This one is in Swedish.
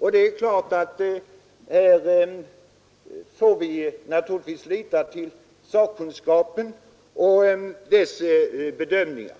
Men där får vi lita till de sakkunniga och deras bedömningar.